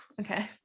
Okay